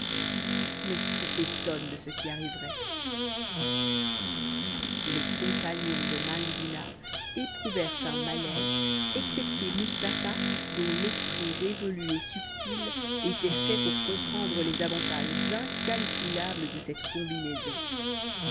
l'esprit s'étonne de ce qui arriverait les compagnons de mandina éprouvèrent un malaise excepté mustapha dont l'esprit résolu et subtil était fait pour comprendre les avantages incalculables de cette combinaison